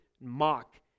mock